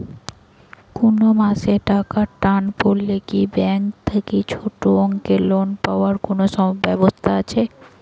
কুনো মাসে টাকার টান পড়লে কি ব্যাংক থাকি ছোটো অঙ্কের লোন পাবার কুনো ব্যাবস্থা আছে?